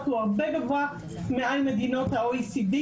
הוא הרבה יותר גבוה מעל מדינות ה-OECD,